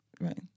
Right